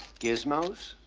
gizmos?